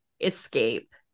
escape